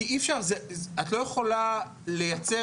כי אי אפשר, את לא יכולה לייצר,